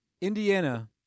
Indiana